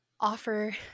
offer